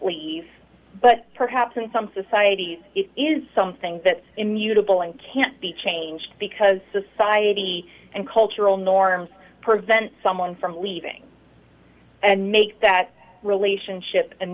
leave but perhaps in some societies it is something that immutable and can't be changed because society and cultural norms prevent someone from leaving and make that relationship a